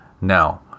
Now